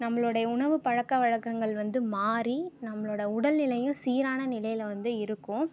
நம்மளுடைய உணவு பழக்க வழக்கங்கள் வந்து மாதிரி நம்மளோட உடல் நிலையும் சீரான நிலையில் வந்து இருக்கும்